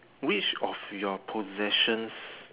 which of your possessions